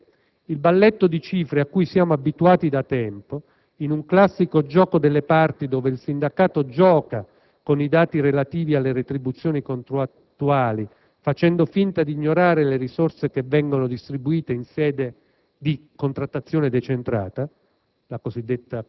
Del resto, il balletto di cifre a cui siamo abituati da tempo, in un classico gioco delle parti dove il sindacato "gioca" con i dati relativi alle retribuzioni contrattuali, facendo finta di ignorare le risorse che vengono distribuite in sede di contrattazione decentrata